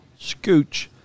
scooch